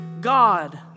God